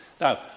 Now